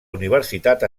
universitat